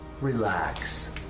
relax